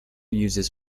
uses